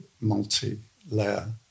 multi-layer